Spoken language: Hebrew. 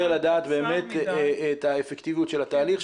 לדעת באמת את האפקטיביות של התהליך,